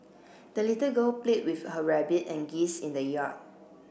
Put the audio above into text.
the little girl played with her rabbit and geese in the yard